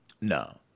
No